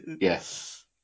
Yes